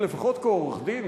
לפחות כעורך-דין,